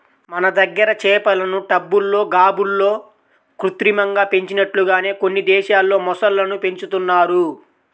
మన దగ్గర చేపలను టబ్బుల్లో, గాబుల్లో కృత్రిమంగా పెంచినట్లుగానే కొన్ని దేశాల్లో మొసళ్ళను పెంచుతున్నారు